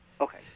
Okay